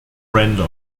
brenda